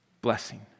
Blessing